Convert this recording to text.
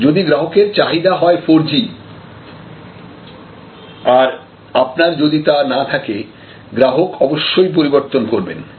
যদি গ্রাহকের চাহিদা হয় ফোরজি আর আপনার যদি তা না থাকে গ্রাহক অবশ্যই পরিবর্তন করবেন